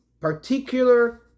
particular